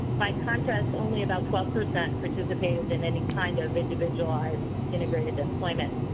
by contrast only about twelve percent participated in any kind of individualized integrated employment.